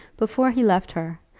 before he left her,